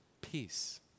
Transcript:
peace